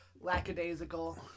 lackadaisical